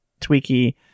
Tweaky